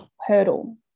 hurdle